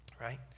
right